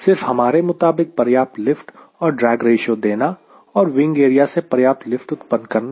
सिर्फ हमारे मुताबिक पर्याप्त लिफ्ट और ड्रैग रेशियो देना और विंग एरिया से पर्याप्त लिफ्ट उत्पन्न करना